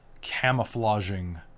camouflaging